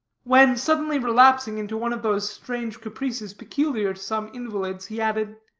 when suddenly relapsing into one of those strange caprices peculiar to some invalids, he added